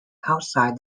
outside